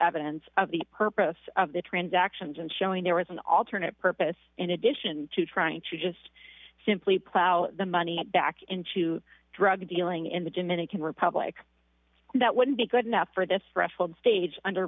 evidence of the purpose of the transactions and showing there was an alternate purpose in addition to trying to just simply plow the money back into drug dealing in the dominican republic that wouldn't be good enough for this ruffled stage under